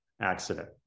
accident